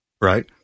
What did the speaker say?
right